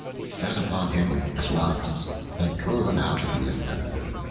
set upon him with clubs and drove him out of the assembly.